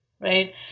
right